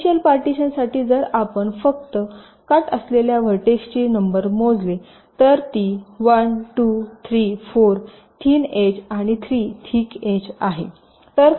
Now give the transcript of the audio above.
initial पार्टीशनसाठी जर आपण फक्त काट असलेल्या व्हर्टेक्सची नंबर मोजली तर ती 1 2 3 4 थींन एज आणि 3 थिक एज आहे